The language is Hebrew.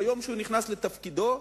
ביום שהוא נכנס לתפקידו,